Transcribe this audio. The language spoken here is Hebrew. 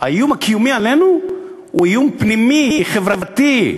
האיום הקיומי עלינו הוא איום פנימי, חברתי: